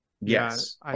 Yes